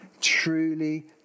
truly